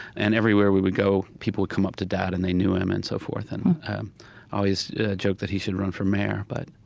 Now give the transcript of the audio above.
and everywhere we would go, people would come up to dad, and they knew him and so forth, and always joked that he should run for mayor. but